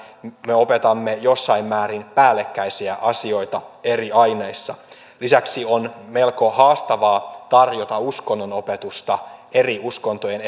me opetamme jossain määrin päällekkäisiä asioita eri aineissa lisäksi on melko haastavaa tarjota uskonnonopetusta eri uskontojen